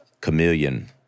chameleon